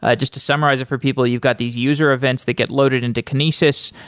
ah just to summarize it for people, you've got these user events that get loaded into kinesis,